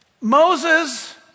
Moses